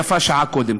יפה שעה אחת קודם.